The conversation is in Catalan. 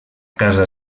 casa